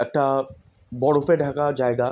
একটা বরফে ঢাকা জায়গা